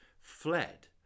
fled